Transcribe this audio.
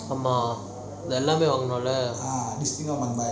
ஆமா அது எல்லாமே வாங்கணும்:ama athu ellamey vanganum lah